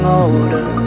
older